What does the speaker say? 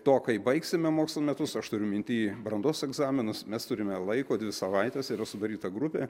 to kai baigsime mokslo metus aš turiu minty brandos egzaminus mes turime laiko dvi savaites yra sudaryta grupė